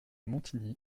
montigny